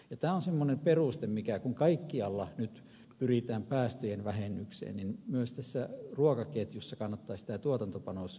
tämä on semmoinen peruste että kun kaikkialla nyt pyritään päästöjen vähennykseen niin myös tässä ruokaketjussa kannattaisi tämä tuotantopanospää ottaa mietintään